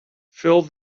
fill